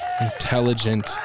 intelligent